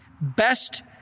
best